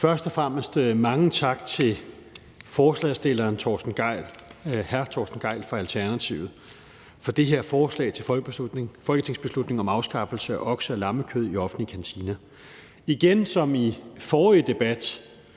Først og fremmest mange tak til forslagsstilleren, hr. Torsten Gejl fra Alternativet, for det her forslag til folketingsbeslutning om afskaffelse af okse- og lammekød i offentlige kantiner. Igen – ligesom i den forrige debat